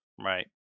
right